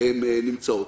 הן נמצאות.